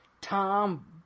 Tom